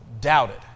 doubted